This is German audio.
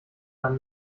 dann